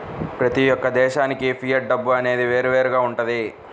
ప్రతి యొక్క దేశానికి ఫియట్ డబ్బు అనేది వేరువేరుగా వుంటది